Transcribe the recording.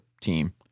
team